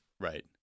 Right